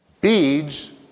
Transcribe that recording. Beads